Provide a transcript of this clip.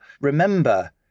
remember